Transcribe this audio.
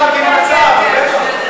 לא שמעתי מה ההצעה, אבל בטח.